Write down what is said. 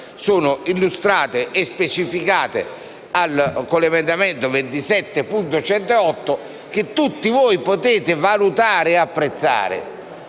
sono illustrate e specificate con l'emendamento 27.108, che tutti voi potete valutare e apprezzare.